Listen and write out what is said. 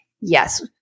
Yes